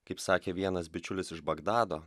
kaip sakė vienas bičiulis iš bagdado